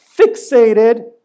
fixated